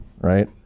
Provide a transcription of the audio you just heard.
right